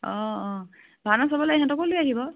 অঁ অঁ ভাওনা চাবলৈ ইহঁতকো লৈ আহিব